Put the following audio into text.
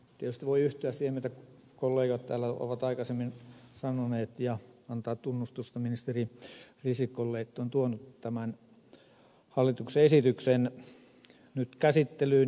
tietysti voi yhtyä siihen mitä kollegat täällä ovat aikaisemmin sanoneet ja antaa tunnustusta ministeri risikolle että hän on tuonut tämä hallituksen esityksen nyt käsittelyyn